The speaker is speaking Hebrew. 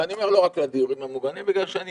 ואני אומר לא רק לדיורים המוגנים בגלל שאני